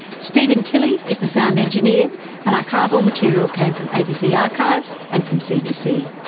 steven tilley is the sound engineer and archival material came from abc archives and from cbc.